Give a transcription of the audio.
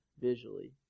visually